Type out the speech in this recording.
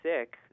sick